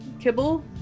Kibble